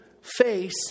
face